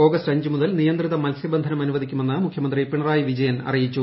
August അഞ്ചുമുതൽ നിയന്ത്രിത മത്സൃബന്ധനം അനുവദിക്കുമെന്ന് മുഖ്യമന്ത്രി പിണറായി വിജയൻ അറിയിച്ചു